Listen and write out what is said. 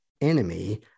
enemy